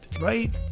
right